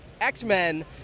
X-Men